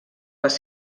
les